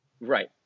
Right